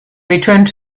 returned